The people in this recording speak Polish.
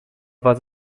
was